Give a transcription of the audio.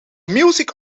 music